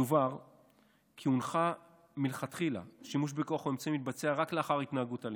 יובהר כי מלכתחילה שימוש בכוח או אמצעים מתבצע רק לאחר התנהגות אלימה.